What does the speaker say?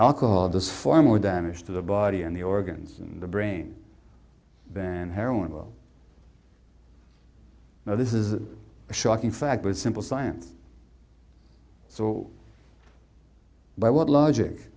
alcohol does far more damage to the body and the organs in the brain than heroin well now this is a shocking fact but simple science so by what logic